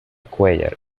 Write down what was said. cuéllar